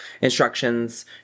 instructions